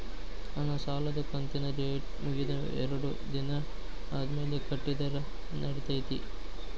ನನ್ನ ಸಾಲದು ಕಂತಿನ ಡೇಟ್ ಮುಗಿದ ಎರಡು ದಿನ ಆದ್ಮೇಲೆ ಕಟ್ಟಿದರ ನಡಿತೈತಿ?